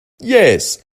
yes